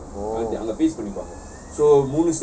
oh